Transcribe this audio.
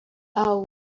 our